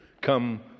come